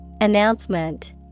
Announcement